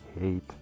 Hate